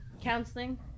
Counseling